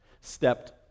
stepped